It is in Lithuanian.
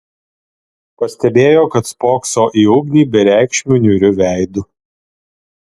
pastebėjo kad spokso į ugnį bereikšmiu niūriu veidu